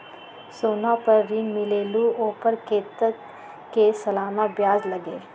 सोना पर ऋण मिलेलु ओपर कतेक के सालाना ब्याज लगे?